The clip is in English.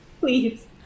Please